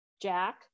Jack